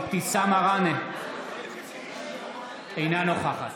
אינה נוכחת